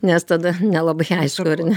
nes tada nelabai aišku ar ne